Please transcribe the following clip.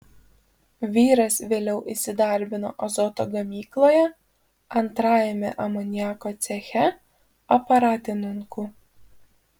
vyras vėliau įsidarbino azoto gamykloje antrajame amoniako ceche aparatininku